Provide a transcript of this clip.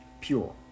pure